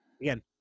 again